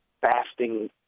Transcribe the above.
fasting